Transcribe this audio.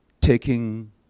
taking